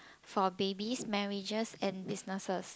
for babies marriages and businesses